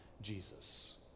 Jesus